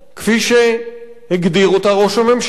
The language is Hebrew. כפי שהגדיר אותה ראש הממשלה?